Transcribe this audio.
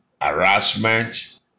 harassment